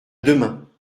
demain